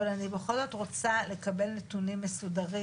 אבל אני בכל זאת רוצה לקבל נתונים מסודרים,